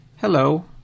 hello